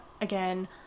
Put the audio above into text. again